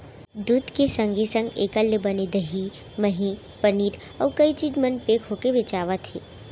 दूद के संगे संग एकर ले बने दही, मही, पनीर, अउ कई चीज मन पेक होके बेचावत हें